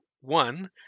one